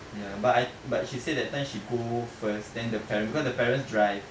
ya but I but she say that time she go first then the parents because the parents drive